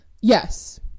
Yes